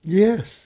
yes